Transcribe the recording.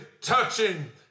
touching